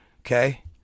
Okay